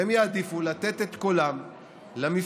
ויהיו שיעדיפו לתת את קולם למפלגות